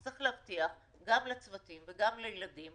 צריך להבטיח גם לצוותים וגם לילדים